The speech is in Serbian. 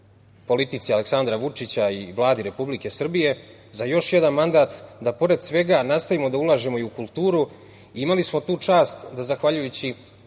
politici Aleksandra Vučića i Vladi Republike Srbije za još jedan mandat, da pored svega nastavimo da ulažemo i u kulturu. Imali smo tu čast da zahvaljujući